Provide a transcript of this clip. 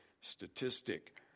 statistic